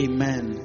Amen